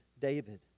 David